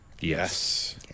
Yes